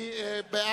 אני קובע